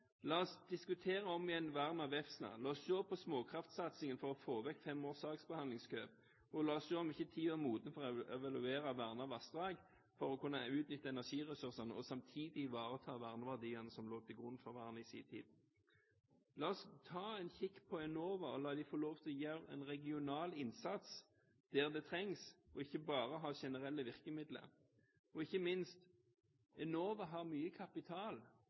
La oss diskutere om igjen vern av Vefsna. La oss se på småkraftsatsingen for å få vekk fem års saksbehandlingskø, og la oss se om ikke tiden er moden for å evaluere vernede vassdrag for å kunne utnytte energiressursene og samtidig ivareta verneverdiene som lå til grunn for vernet i sin tid. La oss ta en kikk på Enova og la dem få lov til å gjøre en regional innsats der det trengs, og ikke bare ha generelle virkemidler. Og ikke minst, Enova har mye kapital,